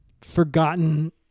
forgotten